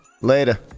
later